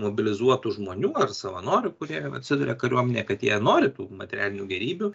mobilizuotų žmonių ar savanorių kurie atsiduria kariuomenėje kad jie nori tų materialinių gėrybių